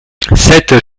cette